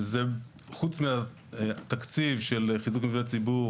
שזה חוץ מהתקציב של חיזוק מבני ציבור